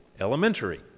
elementary